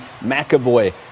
McAvoy